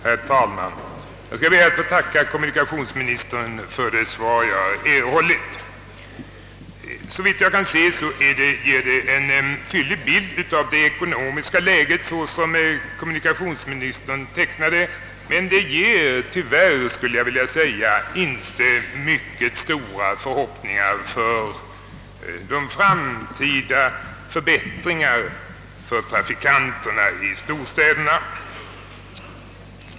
Herr talman! Jag ber att få tacka kommunikationsministern för det svar jag erhållit. Såvitt jag kan se ger det en tydlig bild av det ekonomiska läget så som kommunikationsministern tecknar det, men det ger tyvärr inte stora förhoppningar om framtida förbättringar för trafikanterna i storstäderna.